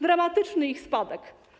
Dramatyczny jej spadek.